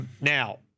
Now